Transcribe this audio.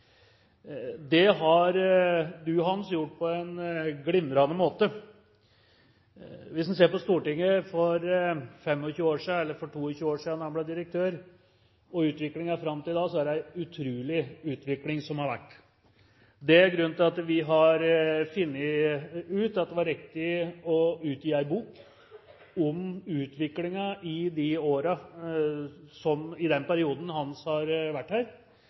Det har du, Hans, gjort på en glimrende måte. Hvis en ser på Stortinget for 25 år siden – eller for 22 år siden, da han ble direktør – og utviklingen fram til i dag, så er det en utrolig utvikling som har vært. Det er grunnen til at vi har funnet ut at det var riktig å utgi en bok om utviklingen i den perioden Hans har vært